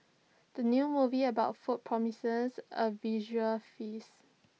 the new movie about food promises A visual feast